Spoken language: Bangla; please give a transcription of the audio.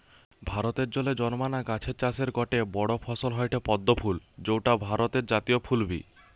ভারতে জলে জন্মানা গাছের চাষের গটে বড় ফসল হয়ঠে পদ্ম ফুল যৌটা ভারতের জাতীয় ফুল বি